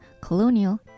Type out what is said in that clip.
colonial